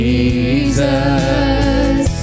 Jesus